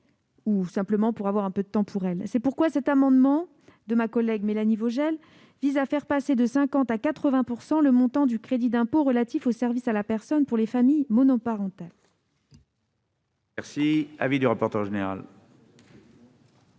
des études ou avoir un peu de temps pour eux. C'est pourquoi cet amendement de ma collègue Mélanie Vogel vise à faire passer de 50 % à 80 % le taux du crédit d'impôt relatif aux services à la personne pour les familles monoparentales.